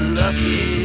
lucky